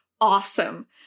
awesome